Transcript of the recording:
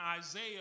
Isaiah